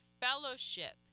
fellowship